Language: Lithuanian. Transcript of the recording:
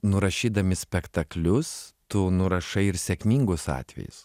nurašydami spektaklius tu nurašai ir sėkmingus atvejus